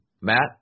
Matt